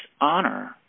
honor